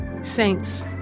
Saints